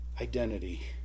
identity